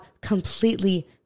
completely